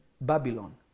Babylon